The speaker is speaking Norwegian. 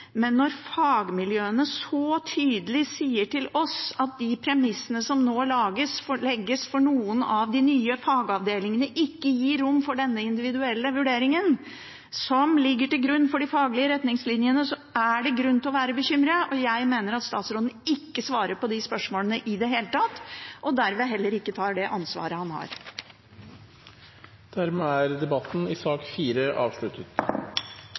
men når fagmiljøene så tydelig sier til oss at de premissene som nå legges for noen av de nye fagavdelingene, ikke gir rom for denne individuelle vurderingen som ligger til grunn for de faglige retningslinjene, er det grunn til å være bekymret. Jeg mener at statsråden ikke svarer på disse spørsmålene i det hele tatt, og dermed heller ikke tar det ansvaret han har. Flere har ikke bedt om ordet til sak